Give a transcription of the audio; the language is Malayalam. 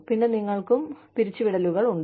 പിന്നെ നിങ്ങൾക്കും പിരിച്ചുവിടലുകൾ ഉണ്ട്